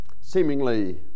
seemingly